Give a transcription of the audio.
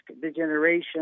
degeneration